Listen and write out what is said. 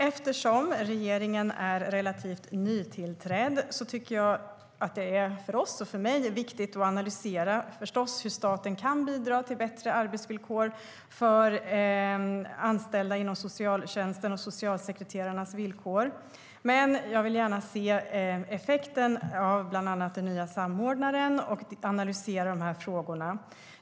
Eftersom regeringen är relativt nytillträdd tycker jag förstås att det är viktigt för oss och för mig att analysera hur staten kan bidra till bättre arbetsvillkor för socialsekreterarna och anställda inom socialtjänsten, men jag vill gärna se effekten av bland annat den nya samordnaren och analysera frågorna.